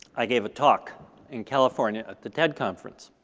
i gave a talk in california at the ted conference.